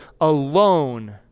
alone